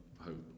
hope